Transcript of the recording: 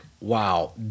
wow